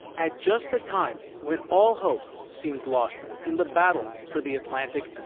at just the time when all hope seemed lost in the battle for the atlantic,